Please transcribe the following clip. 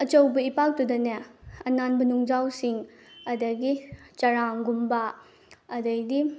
ꯑꯆꯧꯕ ꯏꯄꯥꯛꯇꯨꯗꯅꯦ ꯑꯅꯥꯟꯕ ꯅꯨꯡꯖꯥꯎꯁꯤꯡ ꯑꯗꯨꯗꯒꯤ ꯆꯥꯔꯥꯡꯒꯨꯝꯕ ꯑꯗꯩꯗꯤ